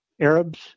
Arabs